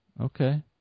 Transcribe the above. Okay